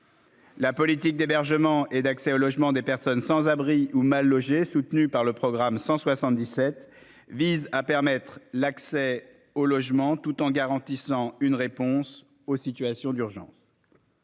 La politique d'hébergement et d'accès au logement des personnes sans abri ou mal logées, soutenus par le programme 177 vise à permettre l'accès aux logements tout en garantissant une réponse aux situations d'urgence.